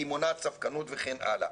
כי היא מונעת ספקנות וכן הלאה.